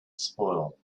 spoil